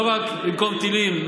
לא רק במקום טילים,